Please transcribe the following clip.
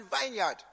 vineyard